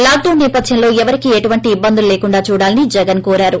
lockdown సేపథ్యంలో ఎవరికీ ఎటువంటి ఇబ్బందులు లేకుండా చూడాలని జగన్ కోరారు